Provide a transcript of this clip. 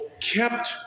kept